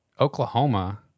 Oklahoma